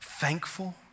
thankful